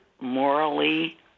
morally